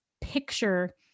picture